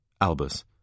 Albus